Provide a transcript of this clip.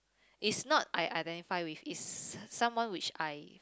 is not I identify with is someone which I